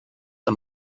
are